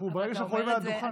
ברגע שאנחנו עולים לדוכן,